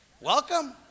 welcome